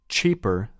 Cheaper